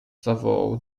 zawołał